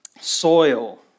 soil